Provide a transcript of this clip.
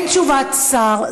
אין תשובת שר.